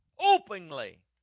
openly